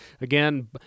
again